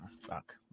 Fuck